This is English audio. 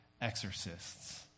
exorcists